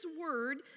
word